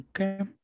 Okay